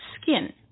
skin